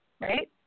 right